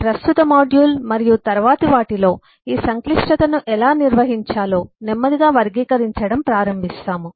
కాబట్టి ప్రస్తుత మాడ్యూల్ మరియు తరువాతి వాటిలో ఈ సంక్లిష్టతను ఎలా నిర్వహించాలో నెమ్మదిగా వర్గీకరించడం ప్రారంభిస్తాము